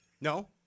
No